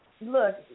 look